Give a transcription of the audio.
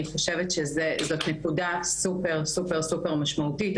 אני חושבת שזו נקודה סופר סופר משמעותית.